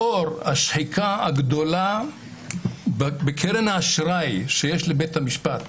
לאור השחיקה הגדולה בקרן האשראי שיש לבית המשפט,